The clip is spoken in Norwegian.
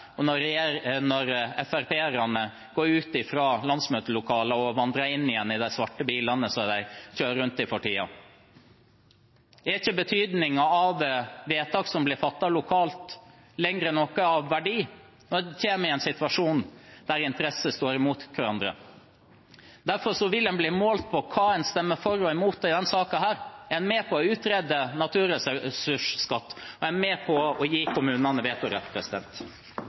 og når FrP-erne går ut fra landsmøtelokalet og vandrer inn igjen i de svarte bilene som de kjører rundt i for tiden? Er ikke vedtak som blir fattet lokalt, lenger av noen verdi når en kommer i en situasjon der interesser står mot hverandre? Derfor vil en bli målt på hva en stemmer for og imot i denne saken. Er en med på å utrede naturressursskatt og på å gi kommunene vetorett?